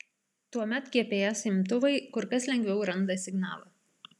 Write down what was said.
tuomet gps imtuvai kur kas lengviau randa signalą